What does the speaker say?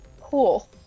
Cool